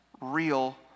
real